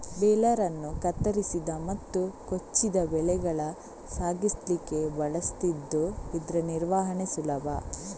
baler ಅನ್ನು ಕತ್ತರಿಸಿದ ಮತ್ತು ಕೊಚ್ಚಿದ ಬೆಳೆಗಳ ಸಾಗಿಸ್ಲಿಕ್ಕೆ ಬಳಸ್ತಿದ್ದು ಇದ್ರ ನಿರ್ವಹಣೆ ಸುಲಭ